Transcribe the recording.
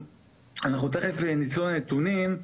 אנחנו תכף נצלול לנתונים,